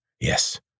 Yes